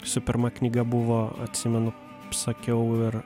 su pirma knyga buvo atsimenu sakiau ir